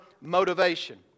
motivation